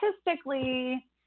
statistically